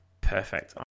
Perfect